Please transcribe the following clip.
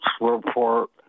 report